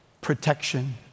protection